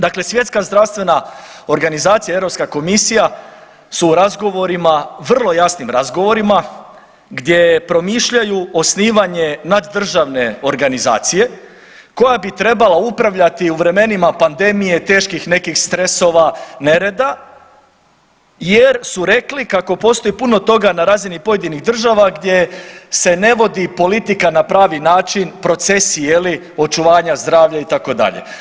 Dakle, Svjetska zdravstvena organizacija Europska komisija su razgovorima, vrlo jasnim razgovorima gdje promišljaju osnivanje naddržavne organizacije koja bi trebala upravljati u vremenima pandemije teških nekih stresova, nereda jer su rekli kako postoji puno toga na razini pojedinih država gdje se ne vodi politika na pravi način, procesi je li očuvanja zdravlja itd.